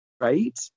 Right